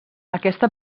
aquesta